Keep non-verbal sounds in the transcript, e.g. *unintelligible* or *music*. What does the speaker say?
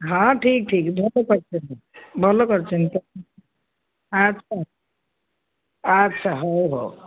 ହଁ ଠିକ୍ ଠିକ୍ *unintelligible* ଭଲ କରିଛନ୍ତି ଆଚ୍ଛା ଆଚ୍ଛା ହଉ ହଉ